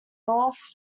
north